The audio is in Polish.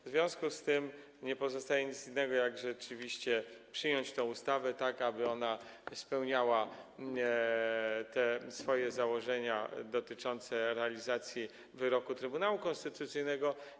W związku z tym nie pozostaje nic innego, jak rzeczywiście przyjąć tą ustawę, tak aby wypełniła ona swoje założenia dotyczące realizacji wyroku Trybunału Konstytucyjnego.